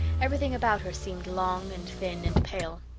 everything about her seemed long and thin and pale.